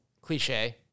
Cliche